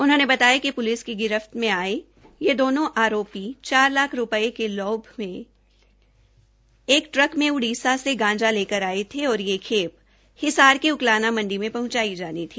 उन्होंने बताया कि प्लिस की गिरफ्त में आये ये दो आरोपी चार लाख रूपये के लोभ में एक ट्रक में गांजा लेकर आ रहे थे और यह खेल हिसार से उकलाना मंडी मे पहंचाई जानी थी